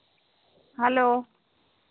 hello